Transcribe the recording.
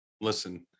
Listen